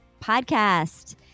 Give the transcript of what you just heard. PODCAST